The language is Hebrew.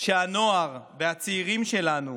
שהנוער והצעירים שלנו